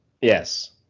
Yes